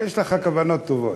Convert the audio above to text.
יש לך כוונות טובות,